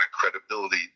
credibility